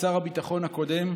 לשר הביטחון הקודם,